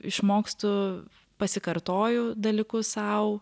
išmokstu pasikartoju dalykus sau